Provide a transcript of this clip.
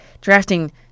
drafting